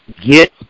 get